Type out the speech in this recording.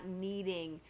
needing